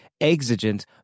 exigent